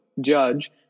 judge